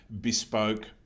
bespoke